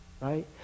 right